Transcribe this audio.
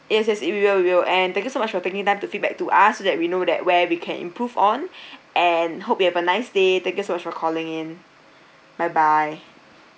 yes yes we will we will and thank you so much for taking time to feedback to us so that we know that where we can improve on and hope you have a nice day thank you so much for calling in bye bye